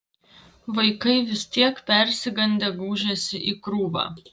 vaikai vis tiek persigandę gūžėsi į krūvą